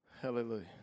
Hallelujah